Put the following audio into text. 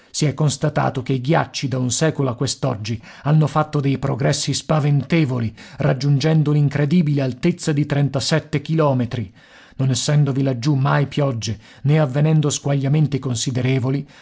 si è constatato che i ghiacci da un secolo a quest'oggi hanno fatto dei progressi spaventevoli raggiungendo l'incredibile altezza di trentasette chilometri non essendovi laggiù mai piogge né avvenendo squagliamenti considerevoli